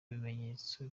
bimenyetso